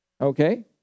Okay